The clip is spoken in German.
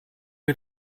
wir